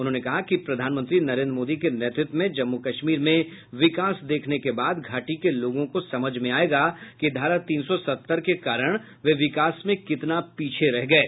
उन्होंने कहा कि प्रधानमंत्री नरेंद्र मोदी के नेतृत्व में जम्मू कश्मीर में विकास देखने के बाद घाटी के लोगों को समझ में आएगा कि धारा तीन सौ सत्तर के कारण वे विकास में कितना पीछे रह गये